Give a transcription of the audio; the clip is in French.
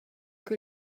que